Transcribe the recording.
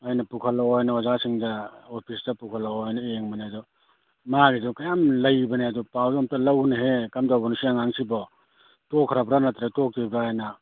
ꯑꯩꯅ ꯄꯨꯈꯠꯂꯣꯅ ꯑꯣꯖꯥꯁꯤꯡꯗ ꯑꯣꯐꯤꯁꯇ ꯄꯨꯈꯠꯂꯛꯑꯣꯅ ꯌꯦꯡꯕꯅꯦ ꯑꯗꯣ ꯃꯥꯒꯤꯗꯣ ꯀꯌꯥꯝ ꯂꯩꯕꯅꯦ ꯑꯗꯨ ꯄꯥꯎꯗꯨ ꯑꯝꯇ ꯂꯧꯅꯦꯍꯦ ꯀꯝꯗꯧꯕꯅꯣ ꯁꯤ ꯑꯉꯥꯡꯁꯤꯕꯣ ꯇꯣꯛꯈ꯭ꯔꯕ꯭ꯔꯥ ꯅꯠꯇ꯭ꯔ ꯇꯣꯛꯇ꯭ꯔꯤꯕ꯭ꯔꯥꯅ